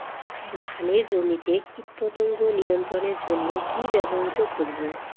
ধানের জমিতে কীটপতঙ্গ নিয়ন্ত্রণের জন্য কি ব্যবহৃত করব?